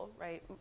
right